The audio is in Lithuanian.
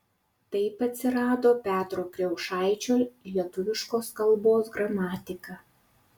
taip atsirado petro kriaušaičio lietuviškos kalbos gramatika